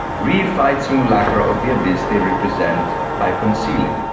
reified simulacra of the abyss they represent by concealing.